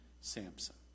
Samson